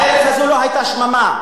הארץ הזאת לא היתה שממה,